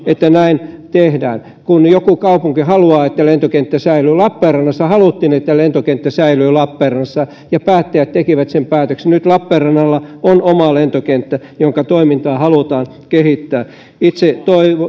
että näin tehdään kun joku kaupunki haluaa että lentokenttä säilyy lappeenrannassa haluttiin että lentokenttä säilyy lappeenrannassa ja päättäjät tekivät sen päätöksen nyt lappeenrannalla on oma lentokenttä jonka toimintaa halutaan kehittää itse